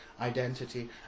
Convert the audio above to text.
identity